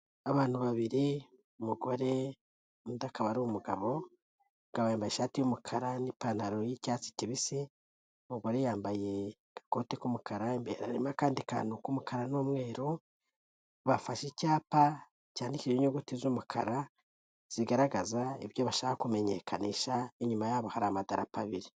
Abantu babiri umugore undi akaba ari umugabo, umugabo yambaye ishati y'umukara n'ipantaro y'icyatsi kibisi, umugore yambaye agakote k'umukara, imbere harimo akandi kantu k'umukara n'umweru, bafashe icyapa cyandikishijeho inyuguti z'umukara zigaragaza ibyo bashaka kumenyekanisha, inyuma yabo hari amatara abiri.